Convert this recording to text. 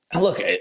look